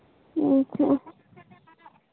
ᱟᱪᱪᱷᱟ